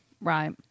Right